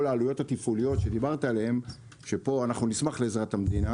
העלויות התפעוליות שפה אנחנו נשמח לעזרת המדינה